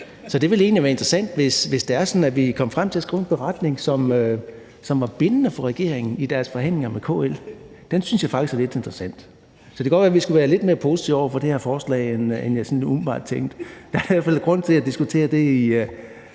så det ville egentlig være interessant, hvis det var sådan, at vi kunne komme frem til at skrive en beretning, som var bindende for regeringen i deres forhandlinger med KL. Det synes jeg faktisk er lidt interessant. Så det kunne godt være, vi skulle være lidt mere positive over for det her forslag, end jeg sådan umiddelbart tænkte. Der er i hvert fald grund til at diskutere det.